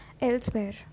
Elsewhere